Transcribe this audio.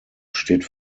steht